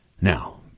Now